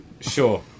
sure